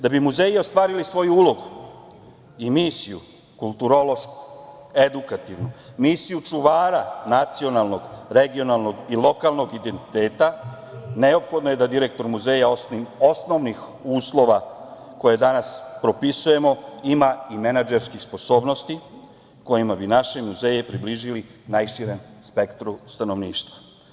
Da bi muzeji ostvarili svoju ulogu i misiju kulturološku, edukativnu, misiju čuvara nacionalnog, regionalnog i lokalnog identiteta, neophodno je da direktor muzeja osnovnih uslova koje danas propisujemo ima i menadžerskih sposobnosti kojima bi naše muzeje približili najširem spektru stanovništva.